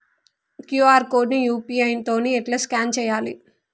QR code ని UPI తోని ఎట్లా స్కాన్ చేయాలి?